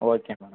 okay madam